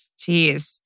Jeez